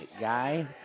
guy